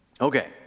Okay